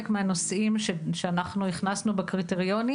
מהנושאים שאנחנו הכנסנו בקריטריונים,